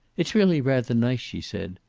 it's really rather nice, she said.